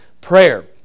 Prayer